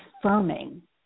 affirming